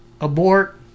abort